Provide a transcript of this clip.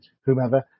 Whomever